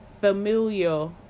familial